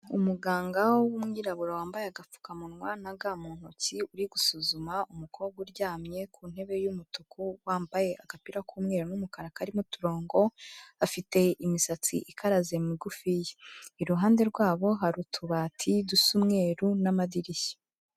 Umuganga w'umwirabura wambaye agapfukamunwa na ga mu ntoki, uri gusuzuma umukobwa uryamye ku ntebe y'umutuku wambaye agapira k'umweru n'umukara karimo uturongo, afite imisatsi ikaraze migufiya, iruhande rwabo hari utubati dusa umweru n'amadirishya.